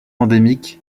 endémique